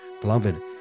beloved